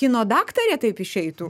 kino daktarė taip išeitų